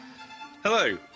Hello